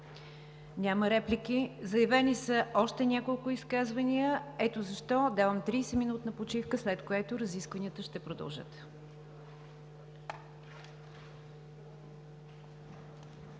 Няма реплики. Заявени са още няколко изказвания – ето защо давам 30 минутна почивка, след което разискванията ще продължат.